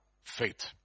Faith